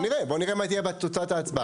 בואו נראה מה יהיו תוצאות ההצבעה.